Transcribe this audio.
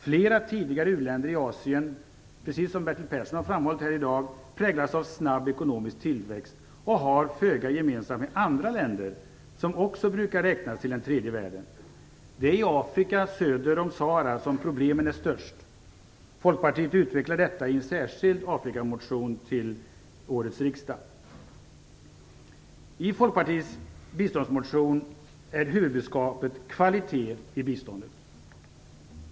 Flera tidigare u-länder i Asien präglas, precis som Bertil Persson har framhållit här i dag, av snabb ekonomisk tillväxt och har föga gemensamt med andra länder som också brukar räknas till den tredje världen. Det är i Afrika, söder om Sahara, som problemen är störst. Folkpartiet utvecklar detta i en särskild Afrikamotion till årets riksdag. I Folkpartiets biståndsmotion är huvudbudskapet kvalitet i biståndet.